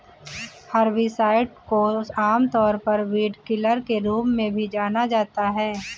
herbicides को आमतौर पर वीडकिलर के रूप में भी जाना जाता है